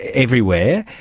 everywhere,